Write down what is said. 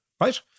Right